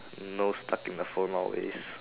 nose stuck in the phone always